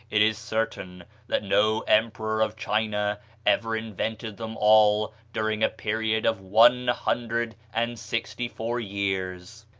it is certain that no emperor of china ever invented them all during a period of one hundred and sixty-four years.